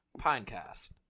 Pinecast